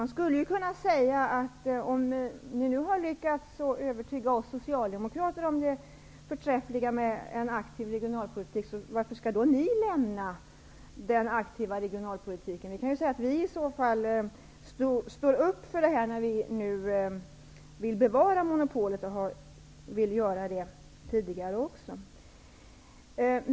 Man skulle kunna säga att om ni nu har lyckats övertyga oss socialdemokrater om det förträffliga med en aktiv regionalpolitik, varför skall då ni överge den? Vi står upp för den när vi vill bevara monopolet, på samma sätt som vi tidigare gjort.